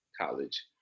college